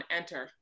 enter